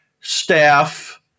staff